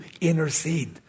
Intercede